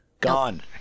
Gone